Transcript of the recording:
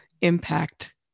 impact